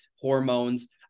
hormones